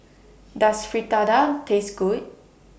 Does Fritada Taste Good